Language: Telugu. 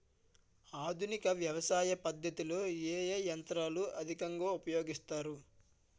ఆధునిక వ్యవసయ పద్ధతిలో ఏ ఏ యంత్రాలు అధికంగా ఉపయోగిస్తారు?